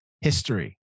history